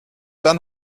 dann